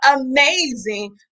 amazing